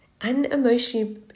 Unemotional